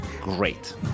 Great